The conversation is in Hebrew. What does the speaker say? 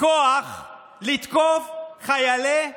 כוח לתקוף חיילי צה"ל.